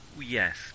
Yes